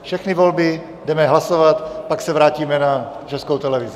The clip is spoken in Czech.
Všechny volby, jdeme hlasovat, pak se vrátíme na Českou televizi.